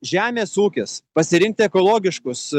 žemės ūkis pasirinkti ekologiškus